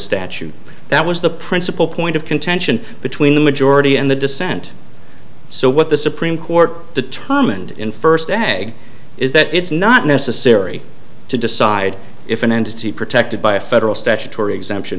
statute that was the principal point of contention between the majority and the dissent so what the supreme court determined in first ag is that it's not necessary to decide if an entity protected by a federal statutory exemption